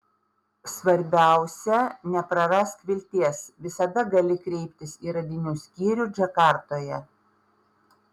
svarbiausia neprarask vilties visada gali kreiptis į radinių skyrių džakartoje